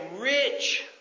rich